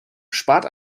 spart